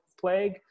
plague